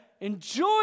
enjoy